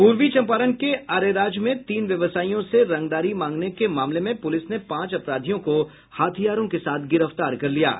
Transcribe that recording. पूर्वी चंपारण के अरेराज में तीन व्यवसायियों से रंगदारी मांगने के मामले में पुलिस ने पांच अपराधियों को हथियारों के साथ गिरफ्तार कर लिया है